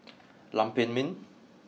Lam Pin Min